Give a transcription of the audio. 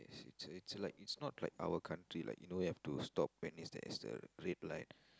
it's a it's a like it's not like our country we need to stop when it's the it's the red light